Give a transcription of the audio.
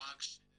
המאבק של